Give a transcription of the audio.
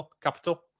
capital